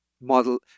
model